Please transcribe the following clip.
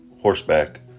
horseback